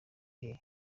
hehe